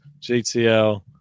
GTL